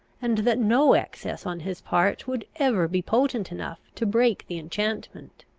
and that no excess on his part would ever be potent enough to break the enchantment.